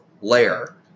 layer